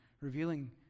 revealing